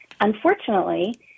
unfortunately